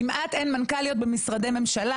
כמעט אין מנכ"ליות במשרדי ממשלה.